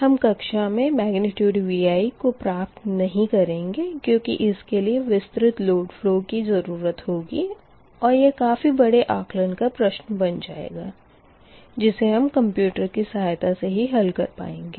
हम कक्षा मे Vi को प्राप्त नही करेंगे क्यूँकि इसके लिए विस्तृत लोड फ़लो की ज़रूरत होगी और यह काफ़ी बड़े आकलन का प्रश्न बन जाएगा जिसे हम कंप्यूटर की सहायता से ही हल कर पाएँगे